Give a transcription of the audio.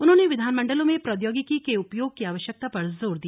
उन्होंने विधानमंडलों में प्रौद्योगिकी के उपयोग की आवश्यकता पर जोर दिया